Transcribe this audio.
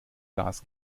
gas